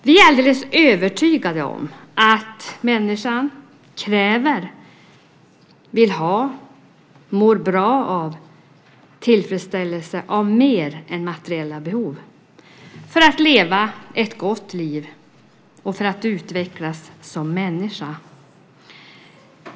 Vi är alldeles övertygade om att människan kräver, vill ha och mår bra av tillfredsställelse av mer än materiella behov för att leva ett gott liv och för att utvecklas som människa.